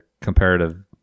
comparative